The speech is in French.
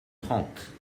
trente